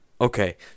Okay